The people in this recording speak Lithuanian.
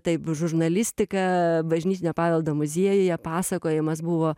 taip žurnalistika bažnytinio paveldo muziejuje pasakojimas buvo